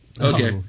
Okay